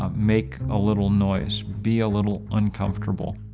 um make a little noise, be a little uncomfortable,